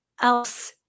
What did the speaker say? else